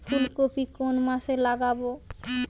ফুলকপি কোন মাসে লাগাবো?